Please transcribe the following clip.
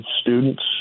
students